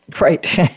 right